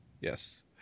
yes